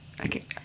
Okay